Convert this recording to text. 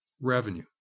revenue